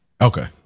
Okay